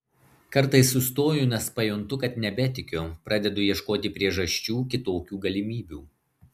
kartais sustoju nes pajuntu kad nebetikiu pradedu ieškoti priežasčių kitokių galimybių